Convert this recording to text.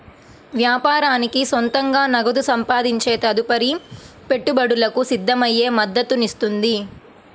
వ్యాపారానికి సొంతంగా నగదు సంపాదించే తదుపరి పెట్టుబడులకు సిద్ధమయ్యే మద్దతునిస్తుంది